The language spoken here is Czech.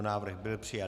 Návrh byl přijat.